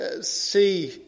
see